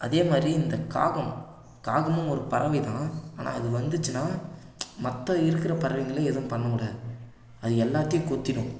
அதேமாதிரி இந்த காகம் காகமும் ஒரு பறவைதான் ஆனால் அது வந்துச்சின்னா மற்ற இருக்கிற பறவைகளை எதுவும் பண்ண விடாது அது எல்லாத்தையும் கொத்திடும்